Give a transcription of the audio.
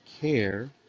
care